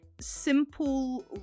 simple